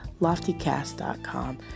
LoftyCast.com